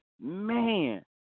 Man